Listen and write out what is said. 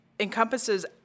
encompasses